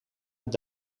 het